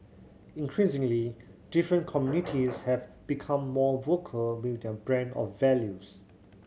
increasingly different communities have become more vocal with their brand of values